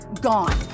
gone